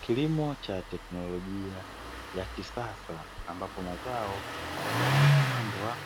Kilimo cha teknolojia ya kisasa ambapo mazao yamepandwa